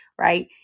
right